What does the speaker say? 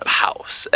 house